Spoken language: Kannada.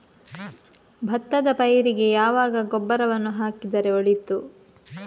ಭತ್ತದ ಪೈರಿಗೆ ಯಾವಾಗ ಗೊಬ್ಬರವನ್ನು ಹಾಕಿದರೆ ಒಳಿತು?